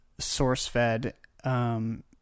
SourceFed